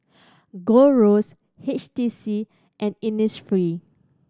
Gold Roast H T C and Innisfree